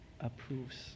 approves